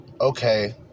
okay